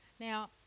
Now